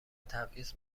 تبعیض